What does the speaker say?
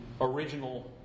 original